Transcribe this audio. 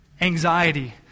anxiety